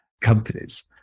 companies